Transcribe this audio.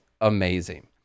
amazing